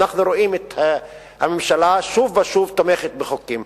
אנחנו רואים את הממשלה שוב ושוב תומכת בחוקים.